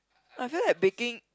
I feel like baking